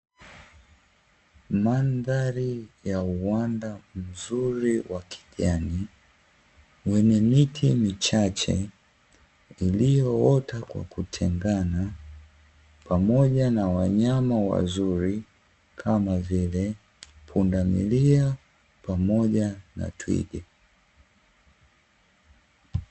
Mandhari ya uwanda mzuri wa kijani yenye miti michache iliyo ota kwa kutengana pamoja na wanyama wazuri kama vile pundamilia pamika na twiga.